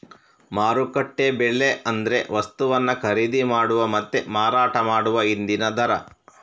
ಮಾರುಕಟ್ಟೆ ಬೆಲೆ ಅಂದ್ರೆ ವಸ್ತುವನ್ನ ಖರೀದಿ ಮಾಡುವ ಮತ್ತೆ ಮಾರಾಟ ಮಾಡುವ ಇಂದಿನ ದರ